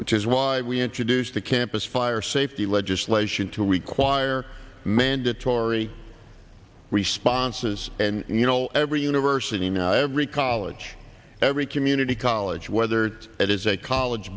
which is why we introduced the campus fire safety legislation to require mandatory responses and you know every university now every college every community college whether it is a college